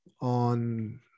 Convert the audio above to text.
on